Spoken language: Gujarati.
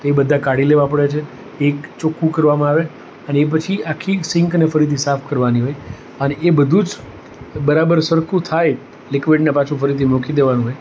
એ બધા કાઢી લેવા પડે છે એક ચોખ્ખું કરવામાં આવે એ પછી આખી સિંકને ફરીથી સાફ કરવાની હોય અને એ બધું જ બરાબર સરખું થાય લિક્વિડને પાછું ફરીથી મૂકી દેવાનું હોય